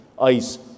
ICE